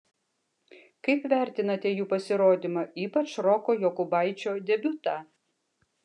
kaip vertinate jų pasirodymą ypač roko jokubaičio debiutą